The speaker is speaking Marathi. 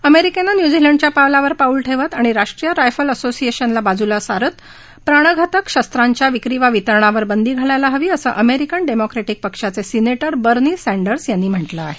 अमेरिकेने न्युझीलंडच्या पावलावर पाऊल ठेवत आणि राष्ट्रीय रायफल असोसिएशनला बाजूला सारत प्राणघातक शस्त्रांच्या विक्री वा वितरणावर बंदी घालायला हवी असं अमेरिकन डेमोक्रेट्रीक पक्षाचे सिनेटर बर्नी सँडर्स यांनी म्हटलं आहे